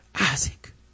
Isaac